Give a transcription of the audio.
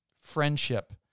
Friendship